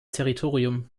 territorium